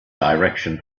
direction